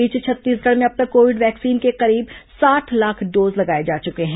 इस बीच छत्तीसगढ़ में अब तक कोविड वैक्सीन के करीब साठ लाख डोज लगाए जा चुके हैं